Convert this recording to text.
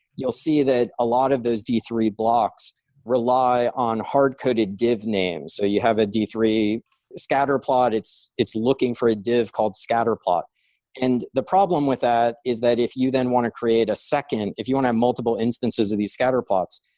you'll see that a lot of those d three blocks rely on hard-coded div names. so you have a d three scatterplot, it's looking looking for a div called scatterplot and the problem with that is that if you then want to create a second, if you want to have multiple instances of these scatter plots,